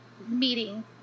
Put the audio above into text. meeting